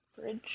Bridge